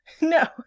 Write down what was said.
No